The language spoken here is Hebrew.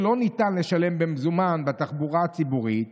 כשלא ניתן לשלם במזומן בתחבורה הציבורית,